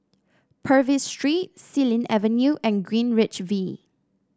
Purvis Street Xilin Avenue and Greenwich V